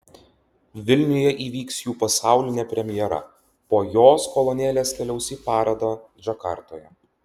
vilniuje įvyks jų pasaulinė premjera po jos kolonėlės keliaus į parodą džakartoje